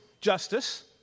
justice